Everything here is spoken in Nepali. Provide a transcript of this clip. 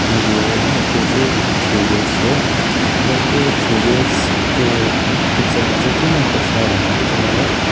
मुभी हो होइन त्यो चाहिँ थ्री इडियट्स हो अन्त त्यो थ्री इडियट्स त्यो पिक्चरमा चाहिँ के मनपर्छ भन्दाखेरि चाहिँ मलाई